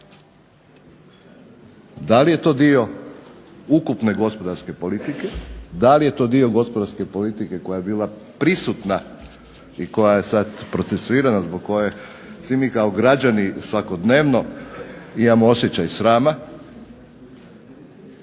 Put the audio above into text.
Da li je to dio ukupne gospodarske politike? Da li je to dio gospodarske politike koja je bila prisutna i koja je sad procesuirana, zbog koje svi mi kao građani svakodnevno imamo osjećaj srama?